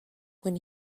when